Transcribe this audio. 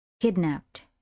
kidnapped